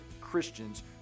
Christians